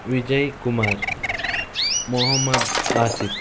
Vijay Kumar Mohammed Asif